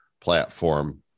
platform